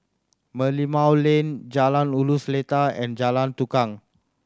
Merlimau Lane Jalan Ulu Seletar and Jalan Tukang